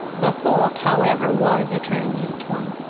the thought however was a transient one.